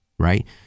Right